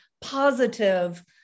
positive